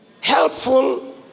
helpful